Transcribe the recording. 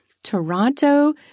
Toronto